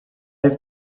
have